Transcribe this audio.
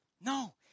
No